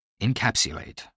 Encapsulate